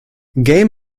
game